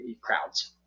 crowds